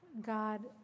God